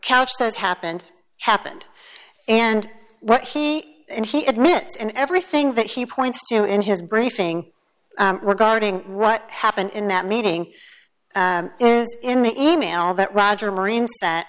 couch says happened happened and what he and he admits and everything that he points to in his briefing regarding what happened in that meeting in the e mail that roger marine that